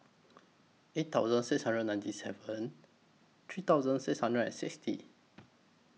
eight thousand six hundred and ninety seven three thousand six hundred and sixty